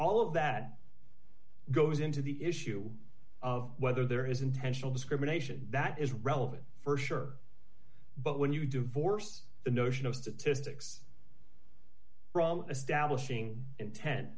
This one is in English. all of that goes into the issue of whether there is intentional discrimination that is relevant st sure but when you divorce the notion of statistics from establishing intent